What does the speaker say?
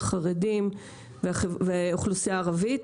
חרדים והאוכלוסייה הערבית,